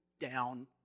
down